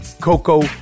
Coco